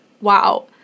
wow